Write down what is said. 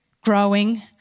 growing